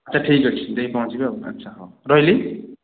ଆଚ୍ଛା ଠିକ୍ ଅଛି ଯାଇ ପହଞ୍ଚିବି ଆଉ ଆଚ୍ଛା ହଉ ରହିଲି